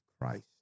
Christ